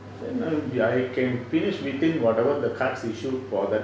then we I can finish maintain whatever the cards issued for that